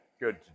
good